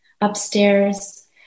upstairs